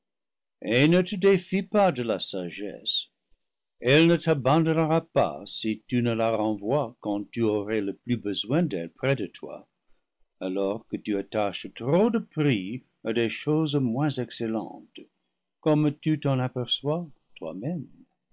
défie pas de la sagesse elle ne t'abandonnera pas si tu ne la renvoies quand tu aurais le plus besoin d'elle près de toi alors que tu attaches trop de prix à des choses moins excellentes comme tu t'en aperçois toi-même